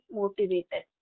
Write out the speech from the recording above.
motivated